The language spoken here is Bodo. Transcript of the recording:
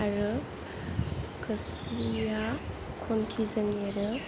आरो खोस्लिया खन्थिजों एरो